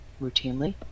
routinely